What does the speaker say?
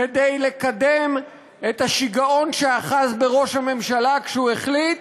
כדי לקדם את השיגעון שאחז בראש הממשלה כשהוא החליט